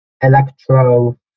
electro